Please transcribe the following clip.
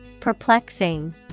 Perplexing